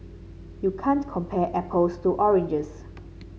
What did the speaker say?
you can't compare apples to oranges